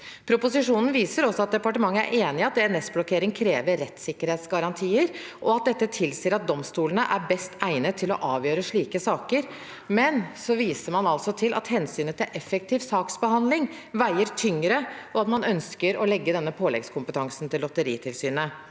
Proposisjonen viser at departementet er enig i at DNS-blokkering krever rettssikkerhetsgarantier, og at dette tilsier at domstolene er best egnet til å avgjøre slike saker. Samtidig viser man altså til at hensynet til effektiv saksbehandling veier tyngre, og at man ønsker å legge denne påleggskompetansen til Lotteritilsynet.